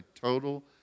total